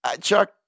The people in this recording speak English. Chuck